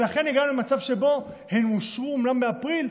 לכן הגענו למצב שבו אומנם הן אושרו באפריל,